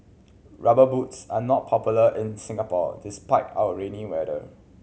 Rubber Boots are not popular in Singapore despite our rainy weather